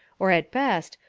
or at best,